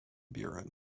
buren